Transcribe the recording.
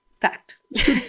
fact